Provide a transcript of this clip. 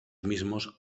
mismos